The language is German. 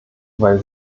weil